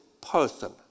person